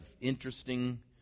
interesting